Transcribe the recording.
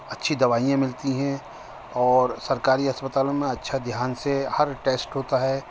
اچھی دوائیاں ملتی ہیں اور سرکاری اسپتالوں میں اچھا دھیان سے ہر ٹیسٹ ہوتا ہے